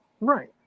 right